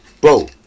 bro